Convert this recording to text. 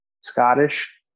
Scottish